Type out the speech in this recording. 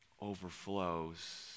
overflows